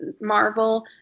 Marvel